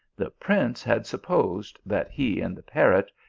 the prince had supposed that he and the parrot,